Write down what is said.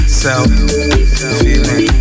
self-feeling